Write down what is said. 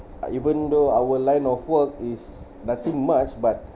uh even though our line of work is nothing much but